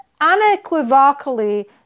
unequivocally